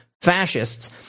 fascists